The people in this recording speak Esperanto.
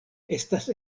estas